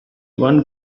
one